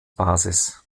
basis